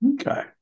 Okay